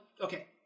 okay